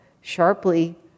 sharply